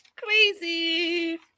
Crazy